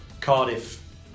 Cardiff